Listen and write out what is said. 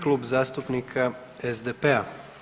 Klub zastupnika SDP-a.